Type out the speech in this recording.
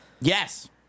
Yes